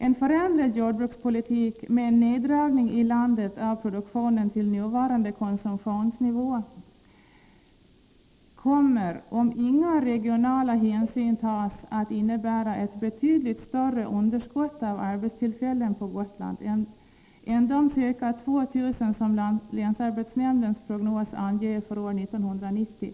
En förändrad jordbrukspolitik med en neddragning i landet av produktionen till nuvarande konsumtionsnivå kommer, om inga regionala hänsyn tas, att innebära ett betydligt större underskott av arbetstillfällen på Gotland än de ca 2 000 som länsarbetsnämn dens prognos anger för år 1990.